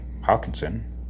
Hawkinson